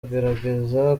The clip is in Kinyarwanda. agerageza